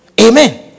Amen